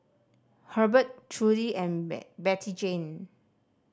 Hurbert Trudie and Bettyjane